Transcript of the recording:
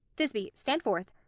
thisby, stand forth.